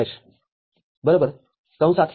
B C